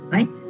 Right